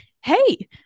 hey